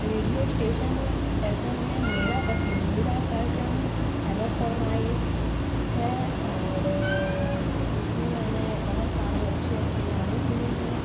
radio station F M में मेरा पसंदीदा कार्यक्रम हेलो फ़रमाइश है और उसमें मैंने बहुत सारे अच्छे अच्छे गाने सुने हैं